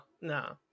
no